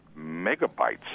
megabytes